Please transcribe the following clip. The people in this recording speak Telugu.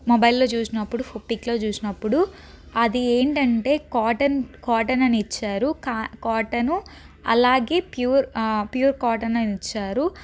మొబైల్లో చూసినప్పుడు పిక్లో చూసినప్పుడు అది ఏంటంటే కాటన్ కాటన్ అని ఇచ్చారు కా కాటన్ అలాగే ప్యూర్ ప్యూర్ కాటన్ అని ఇచ్చారు